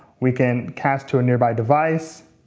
we can cast to a nearby device.